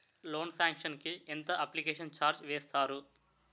Loan sanction కి ఎంత application charge వేస్తారు?